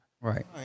Right